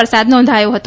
વરસાદ નોંધાથો હતો